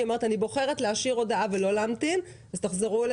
אני בוחרת להשאיר הודעה ולא להמתין אז תחזרו אלי